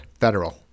federal